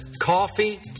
coffee